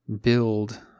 build